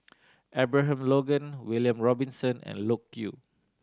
Abraham Logan William Robinson and Loke Yew